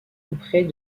auprès